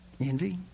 Envy